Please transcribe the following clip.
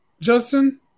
Justin